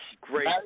Great